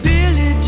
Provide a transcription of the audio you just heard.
Billy